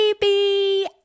baby